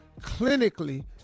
clinically